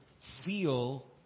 feel